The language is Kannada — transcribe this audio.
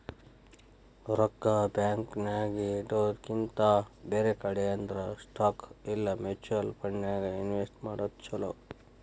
ರೊಕ್ಕಾ ಬ್ಯಾಂಕ್ ನ್ಯಾಗಿಡೊದ್ರಕಿಂತಾ ಬ್ಯಾರೆ ಕಡೆ ಅಂದ್ರ ಸ್ಟಾಕ್ ಇಲಾ ಮ್ಯುಚುವಲ್ ಫಂಡನ್ಯಾಗ್ ಇನ್ವೆಸ್ಟ್ ಮಾಡೊದ್ ಛಲೊ